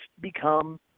become